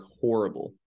horrible